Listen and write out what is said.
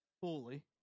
fully